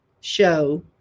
show